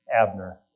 Abner